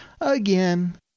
Again